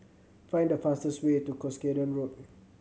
find the fastest way to Cuscaden Road